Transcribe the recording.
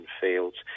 fields